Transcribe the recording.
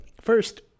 first